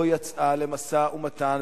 לא יצאה למשא-ומתן,